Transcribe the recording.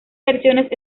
versiones